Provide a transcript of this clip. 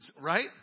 Right